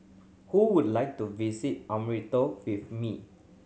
who would like to visit Antananarivo with me